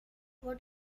what